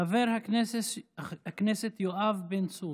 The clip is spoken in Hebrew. חבר הכנסת יואב בן צור,